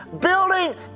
building